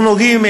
אנחנו נוגעים,